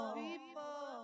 people